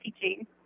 teaching